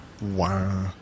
Wow